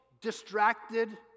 distracted